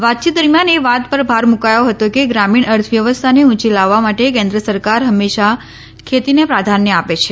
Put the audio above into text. વાતચીત દરમિયાન એ વાત પર ભાર મૂકાયો હતો કે ગ્રામીણ અર્થવ્યવસ્થાને ઊંચી લાવવા માટે કેન્દ્ર સરકાર હંમેશાં ખેતીને પ્રાધાન્ય આપે છે